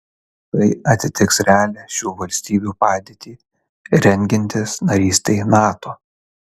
tai atitiks realią šių valstybių padėtį rengiantis narystei nato